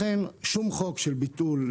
לכן שום חוק של ביטול,